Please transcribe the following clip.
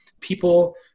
people